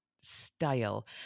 style